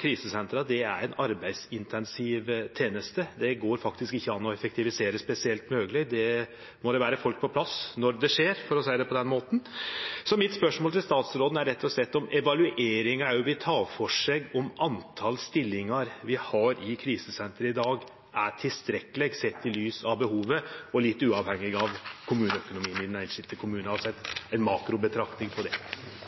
krisesentera ei arbeidsintensiv teneste; det går faktisk ikkje an å effektivisere spesielt høgleg. Der må det vere folk på plass når det skjer – for å seie det på den måten. Mitt spørsmål til statsråden er rett og slett om evalueringa òg vil ta for seg om talet på stillingar vi har i krisesentera i dag, er tilstrekkeleg, sett i lys av behovet og litt uavhengig av kommuneøkonomien i den einskilde kommunen, altså ei makrobetraktning av det. Først vil jeg gjenta at det